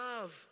love